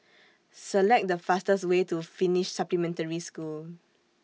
Select The fastest Way to Finnish Supplementary School